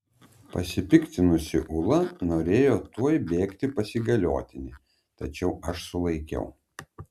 pasipiktinusi ula norėjo tuoj bėgti pas įgaliotinį tačiau aš sulaikiau